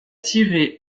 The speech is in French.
tiré